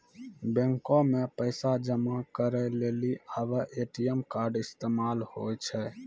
बैको मे पैसा जमा करै लेली आबे ए.टी.एम कार्ड इस्तेमाल होय छै